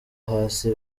hasi